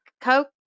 coke